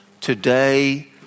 Today